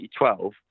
2012